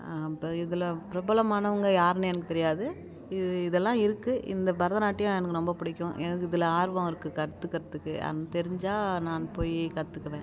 இப்போ இதில் பிரபலமானவங்க யாருன்னு எனக்கு தெரியாது இது இதெல்லாம் இருக்குது இந்த பரதநாட்டியம் எனக்கு ரொம்போ பிடிக்கும் எனக்கு இதில் ஆர்வம் இருக்குது கற்றுக்கறதுக்கு அந் தெரிஞ்சால் நான் போய் கற்றுக்குவேன்